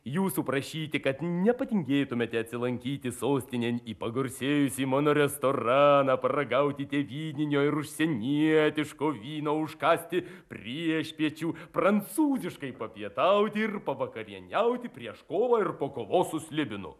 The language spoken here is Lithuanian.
jūsų prašyti kad nepatingėtumėte atsilankyti sostinėn į pagarsėjusį mano restoraną paragauti tėvyninio ir užsienietiško vyno užkąsti priešpiečių prancūziškai papietauti ir pavakarieniauti prieš kovą ir po kovos su slibinu